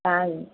हा